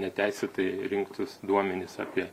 neteisėtai rinktus duomenis apie